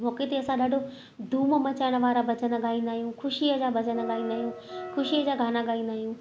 मौक़े ते असां ॾाढो धूम मचाइण वारा भॼन ॻाईंदा आहियूं ख़ुशीअ जा भॼन ॻाईंदा आहियूं ख़ुशी जा गाना ॻाईंदा आहियूं